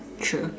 true